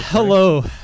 Hello